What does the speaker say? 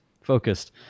focused